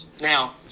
Now